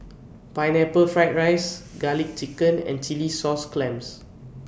Pineapple Fried Rice Garlic Chicken and Chilli Sauce Clams